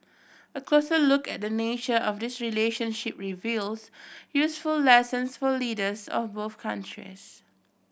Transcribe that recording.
a closer look at the nature of this relationship reveals useful lessons for leaders of both countries